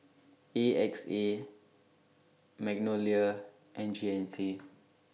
A X A Magnolia and G N C